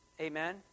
Amen